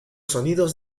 sonidos